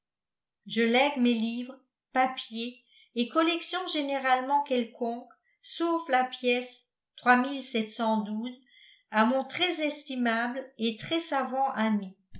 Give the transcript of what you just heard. je lègue mes livres papiers et collections généralement quelconques sauf la pièce à mon très estimable et très savant ami